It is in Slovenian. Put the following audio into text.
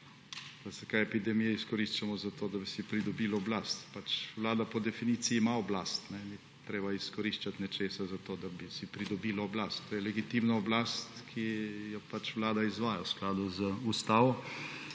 Zakaj epidemijo izkoriščamo za to, da bi si pridobili oblast? Vlada po definiciji ima oblast. Ni treba izkoriščati nečesa za to, da bi si pridobila oblast. To je legitimna oblast, ki jo vlada izvaja v skladu z ustavo.